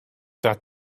had